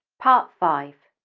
part five